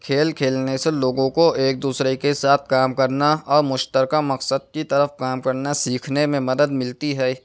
کھیل کھیلنے سے لوگوں کو ایک دوسرے کے ساتھ کام کرنا اور مشترکہ مقصد کی طرف کام کرنا سیکھنے میں مدد ملتی ہے